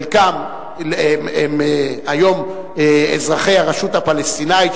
חלקם היום הם אזרחי הרשות הפלסטינית,